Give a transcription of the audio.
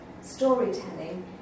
storytelling